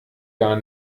gar